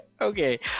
Okay